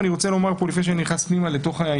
אני רוצה לומר פה לפני שאני נכנס פנימה לעניינים,